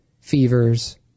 fevers